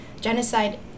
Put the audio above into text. genocide